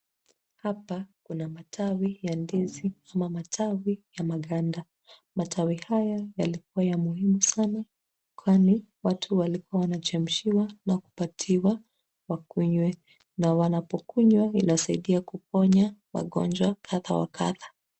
Hapa kuna matawi ya ndizi ama matawi ya maganda. Matawi haya yalikuwa ya umuhimu sana kwani watu walikuwa wanachemshiwa na kupatiwa wakunywe. Na wanapokunywa, inasaidia kuponya magonjwa kadha wa kadha.